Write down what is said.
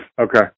Okay